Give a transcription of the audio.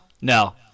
No